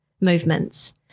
movements